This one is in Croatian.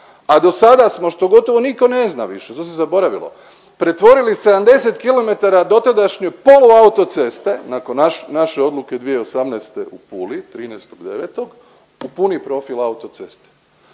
a dosada smo što gotovo nitko ne zna više to se zaboravili, pretvorili 70 kilometara dotadašnje poluautoceste nakon naše odluke 2018. u Puli 13.9. u puni profil autoceste.